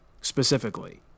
specifically